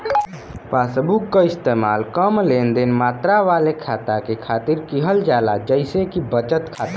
passbook क इस्तेमाल कम लेनदेन मात्रा वाले खाता के खातिर किहल जाला जइसे कि बचत खाता